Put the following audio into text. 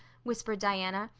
whispered diana.